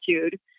attitude